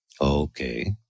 Okay